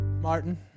martin